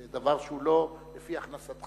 זה דבר שהוא לא לפי הכנסתך,